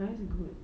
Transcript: but that's good